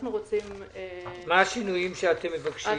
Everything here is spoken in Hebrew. מה השינויים שאתם מבקשים?